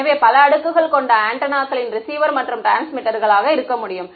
எனவே பல அடுக்குகள் கொண்ட ஆண்டெனாக்களின் ரிசீவர் மற்றும் டிரான்ஸ்மிட்டர்கள் இருக்க முடியும்